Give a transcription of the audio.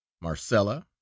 Marcella